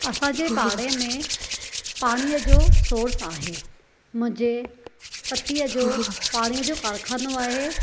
असांजे पाणे में पाणीअ जो सोर्स आहे मुंहिंजे पतीअ जो पाणीअ जो कारखानो आहे